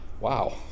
Wow